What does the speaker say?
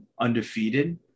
undefeated